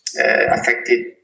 affected